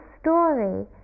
story